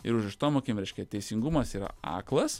ir užrištom akim reiškia teisingumas yra aklas